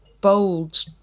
bold